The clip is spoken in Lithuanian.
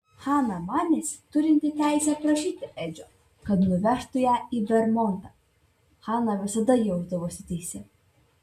hana manėsi turinti teisę prašyti edžio kad nuvežtų ją į vermontą hana visada jausdavosi teisi